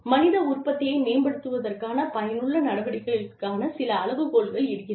மனித உற்பத்தியை மேம்படுத்துவதற்கான பயனுள்ள நடவடிக்கைகளுக்கான சில அளவுகோல்கள் இருக்கிறது